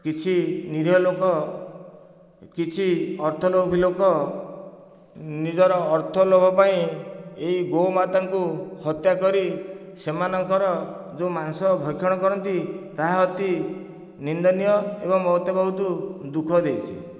କିଛି ନିରୀହ ଲୋକ କିଛି ଅର୍ଥ ଲୋଭୀ ଲୋକ ନିଜର ଅର୍ଥ ଲୋଭ ପାଇଁ ଏହି ଗୋ'ମାତାଙ୍କୁ ହତ୍ୟା କରି ସେମାନଙ୍କର ଯେଉଁ ମାଂସ ଭକ୍ଷଣ କରନ୍ତି ତାହା ଅତି ନିନ୍ଦନୀୟ ଏବଂ ମୋତେ ବହୁତ ଦୁଃଖ ଦେଇଛି